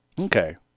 Okay